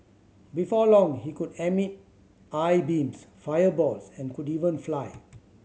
before long he could emit eye beams fireballs and could even fly